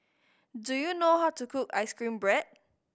do you know how to cook ice cream bread